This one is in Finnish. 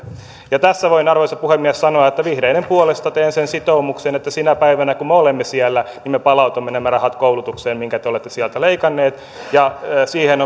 tässä voin arvoisa puhemies sanoa että vihreiden puolesta teen sen sitoumuksen että sinä päivänä kun me olemme siellä me palautamme koulutukseen nämä rahat mitkä te olette sieltä leikanneet ja siihen